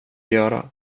göra